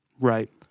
Right